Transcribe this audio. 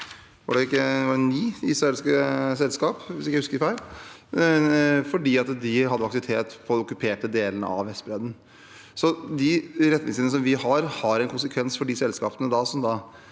ut av ni israelske selskap – hvis jeg ikke husker feil – fordi de hadde aktivitet på den okkuperte delen av Vestbredden. Så de retningslinjene vi har, har en konsekvens for de selskapene som